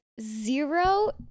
zero